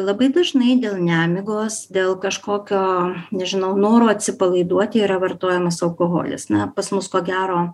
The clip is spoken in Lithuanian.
labai dažnai dėl nemigos dėl kažkokio nežinau noro atsipalaiduoti yra vartojamas alkoholis na pas mus ko gero